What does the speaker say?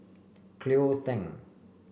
Cleo Thang